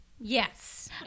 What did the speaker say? Yes